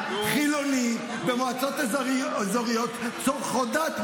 חילוני מועצות אזוריות צורכות דת,